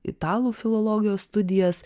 italų filologijos studijas